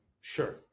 Sure